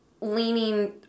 leaning